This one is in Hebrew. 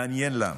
מעניין למה.